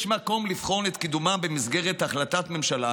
יש מקום לבחון את קידומה במסגרת החלטת ממשלה